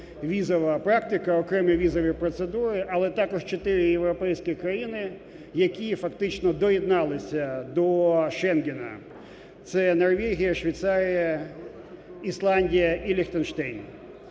візова практика, окремі візові процедури, але також чотири європейські країни, які фактично доєдналися до "шенгена" – це Норвегія, Швейцарія, Ісландія і Ліхтенштейн.